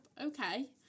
Okay